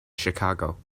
chicago